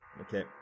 Okay